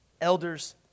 elders